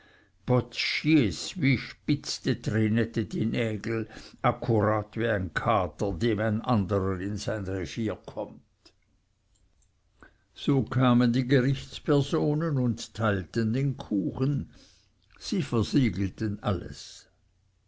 wie spitzte trinette die nägel akkurat wie ein kater dem ein anderer in sein revier kommt so kamen die gerichtspersonen und teilten den kuchen sie versiegelten alles